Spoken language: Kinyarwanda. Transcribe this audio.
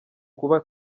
kuba